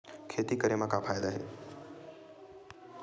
खेती करे म का फ़ायदा हे?